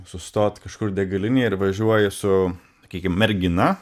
sustot kažkur degalinėj ir važiuoji su sakykim mergina